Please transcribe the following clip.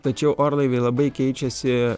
tačiau orlaiviai labai keičiasi